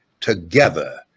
together